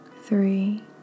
three